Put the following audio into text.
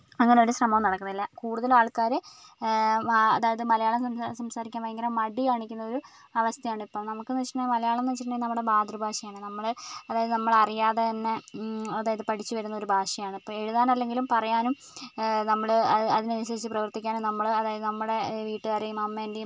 അങ്ങനെ ഒരു ശ്രമം നടക്കുന്നില്ല കൂടുതലും ആൾക്കാർ അതായത് മലയാളം സംസാ സംസാരിക്കാൻ ഭയങ്കര മടി കാണിക്കുന്ന ഒരു അവസ്ഥയാണിപ്പോൾ നമുക്ക് എന്ന് വെച്ചിട്ടുണ്ടെങ്കിൽ മലയാളം എന്ന് വെച്ചിട്ടുണ്ടെങ്കിൽ നമ്മുടെ മാതൃഭാഷയാണ് നമ്മുടെ അതായത് നമ്മൾ അറിയാതെ തന്നെ അതായത് പഠിച്ചുവരുന്ന ഒരു ഭാഷയാണ് ഇപ്പം എഴുതാനല്ലെങ്കിലും പറയാനും നമ്മൾ അത് അതിനനുസരിച്ച് പ്രവർത്തിക്കാനും നമ്മൾ അതായത് നമ്മുടെ വീട്ടുകാരെയും അമ്മേൻ്റെയും